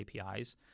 APIs